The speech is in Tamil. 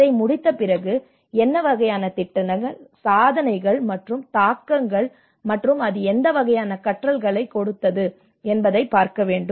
அதை முடித்த பிறகு என்ன வகையான திட்டங்கள் சாதனைகள் மற்றும் தாக்கங்கள் மற்றும் அது எந்த வகையான கற்றல்களைக் கொடுத்தது என்பதைப் பார்க்க வேண்டும்